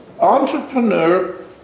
entrepreneur